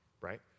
right